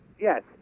Yes